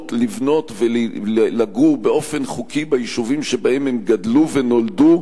האפשרות לבנות ולגור באופן חוקי ביישובים שבהם נולדו וגדלו,